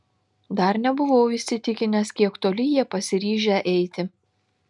dar nebuvau įsitikinęs kiek toli jie pasiryžę eiti